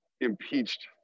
impeached